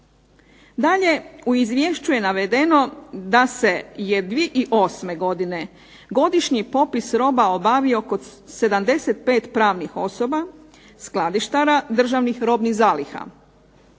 Dalje, u izvješću je navedeno da se 2008. godine godišnji popis roba obavio kod 75 pravnih osoba, skladištara državnih robnih zaliha.